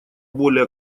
более